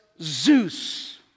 Zeus